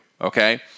okay